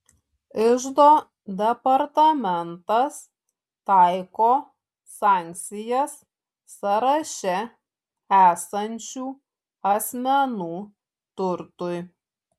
iždo departamentas taiko sankcijas sąraše esančių asmenų turtui